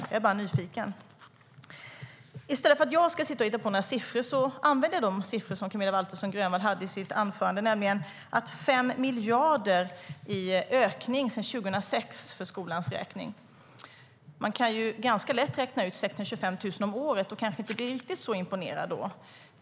Jag är bara nyfiken.I stället för att jag ska hitta på några siffror använder jag de siffror som Camilla Waltersson Grönvall hade i sitt anförande, nämligen 5 miljarder i ökning sedan 2006 för skolans räkning. Man kan ju ganska lätt räkna ut att det blir 625 miljoner om året. Då kanske man inte blir riktigt så imponerad.